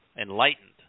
enlightened